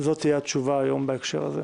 זאת תהיה התשובה היום בהקשר הזה.